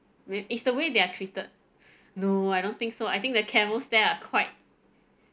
where is the way they're treated no I don't think so I think the camels there are quite